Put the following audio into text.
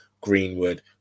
Greenwood